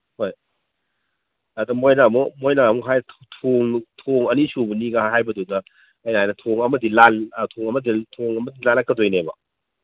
ꯍꯣꯏ ꯑꯗ ꯃꯣꯏꯅ ꯑꯃꯨꯛ ꯃꯣꯏꯅ ꯑꯃꯨꯛ ꯍꯥꯏ ꯊꯣꯡ ꯊꯣꯡ ꯑꯅꯤ ꯁꯨꯕꯅꯤ ꯀꯥꯏ ꯍꯥꯏꯕꯗꯨꯗ ꯑꯩꯅ ꯍꯥꯏꯅ ꯊꯣꯡ ꯑꯃꯗꯤ ꯂꯥꯜꯂꯛꯀꯗꯣꯏꯅꯦꯕ